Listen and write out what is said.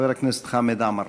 חבר הכנסת חמד עמאר.